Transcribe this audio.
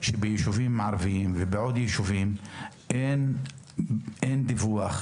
שבישובים ערביים ובעוד ישובים אין דיווח,